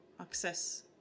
access